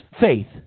faith